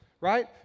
right